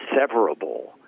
severable